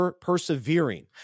persevering